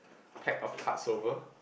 pack of cards over